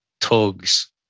Tugs